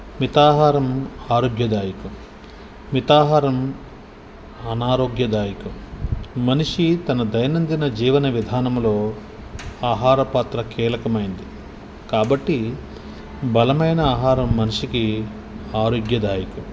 మితాహారం ఆరోగ్యదాయకం మితాహారం అనారోగ్యదాయకం మనిషి తన దైైనందిన జీవన విధానములో ఆహార పాత్ర కీలకమైంది కాబట్టి బలమైన ఆహారం మనిషికి ఆరోగ్యదాయకం